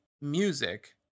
music